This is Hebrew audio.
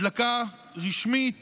הדלקה רשמית